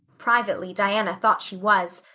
privately, diana thought she was.